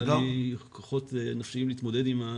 אין לי כוחות נפשיים להתמודד עם זה.